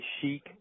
Chic